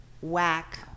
whack